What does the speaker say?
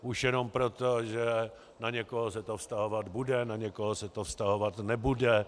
Už jenom proto, že na někoho se to vztahovat bude, na někoho se to vztahovat nebude.